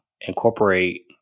incorporate